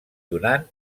donant